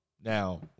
now